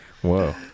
Whoa